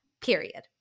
period